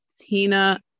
Tina